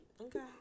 Okay